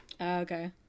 Okay